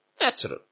natural